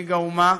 מנהיג האומה,